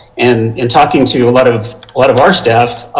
and in talking to a lot of lot of our staff,